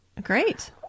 Great